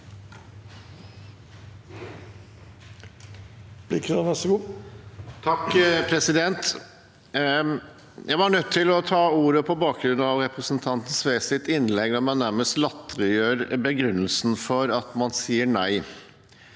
Jeg var nødt til å ta ordet på bakgrunn av representanten Sves innlegg, der han nærmest latterliggjør begrunnelsen for at man sier nei.